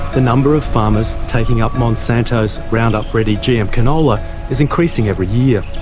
the number of farmers taking up monsanto's roundup-ready gm canola is increasing every year.